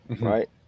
Right